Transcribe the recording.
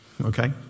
Okay